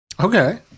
Okay